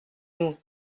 nous